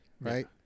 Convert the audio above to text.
right